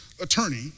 attorney